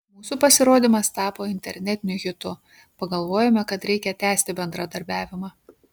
mūsų pasirodymas tapo internetiniu hitu pagalvojome kad reikia tęsti bendradarbiavimą